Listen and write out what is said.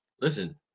Listen